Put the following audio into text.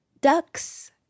ducks